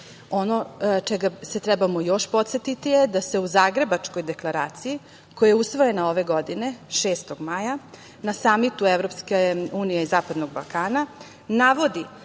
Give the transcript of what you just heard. čega se treba još podsetiti je da se u Zagrebačkoj deklaraciji, koja je usvojena ove godine 6. maja, na Samitu EU i Zapadnog Balkana, navodi